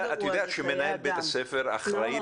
שמנהל בית הספר יסמיך מי מטעמו,